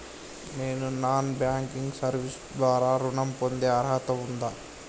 నేను non banking service ద్వారా ఋణం పొందే అర్హత ఉందా?